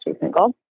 single